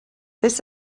this